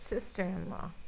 Sister-in-law